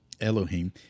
Elohim